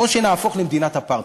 או שנהפוך למדינת אפרטהייד.